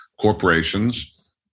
corporations